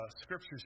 Scriptures